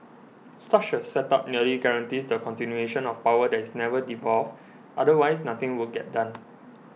such a setup nearly guarantees the continuation of power that is never devolved otherwise nothing would get done